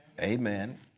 Amen